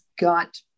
got